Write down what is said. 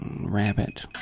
Rabbit